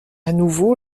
nouveau